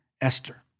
Esther